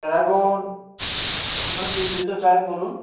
Paragon আপনার কী জুতো চাই বলুন